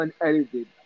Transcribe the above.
unedited